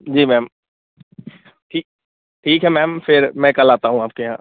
जी ma'am ठी ठीक है मैंम फिर मैं फिर कल आता हूँ आपके यहाँ